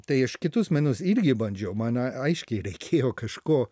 tai aš kitus menus irgi bandžiau man a aiškiai reikėjo kažko